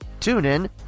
TuneIn